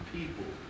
people